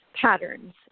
patterns